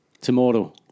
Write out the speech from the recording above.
Tomorrow